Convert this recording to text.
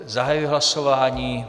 Zahajuji hlasování.